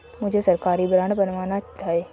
मुझे सरकारी बॉन्ड बनवाना है